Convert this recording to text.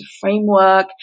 framework